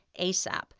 ASAP